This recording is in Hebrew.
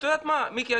את יודעת מה, מיקי?